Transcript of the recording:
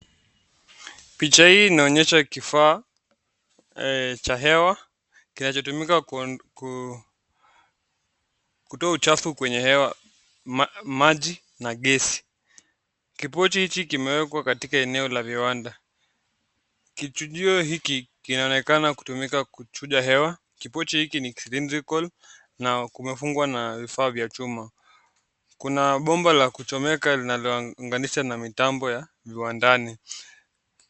Picha hii inaonyesha kifaa cha hewa kinachotumika kutoa uchafu kwenye hewa, maji na gesi, kipochi hiki kimewekwa katika eneo la viwanda. Kichujio hiki kinaonekana kutumika kuchuja hewa kipochi hiki ni cylindrical na kumefungwa na vifaa vya chuma kuna bomba la kuchomeka linalounganishwa na mitambo ya viwandani.